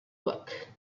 book